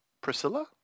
Priscilla